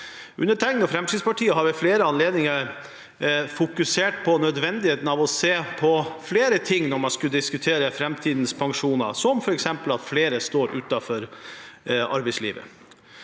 Undertegnede og Fremskrittspartiet har ved flere anledninger fokusert på nødvendigheten av å se på flere ting når man skal diskutere framtidens pensjoner, som f.eks. at flere står utenfor arbeidslivet.